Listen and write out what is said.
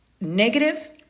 negative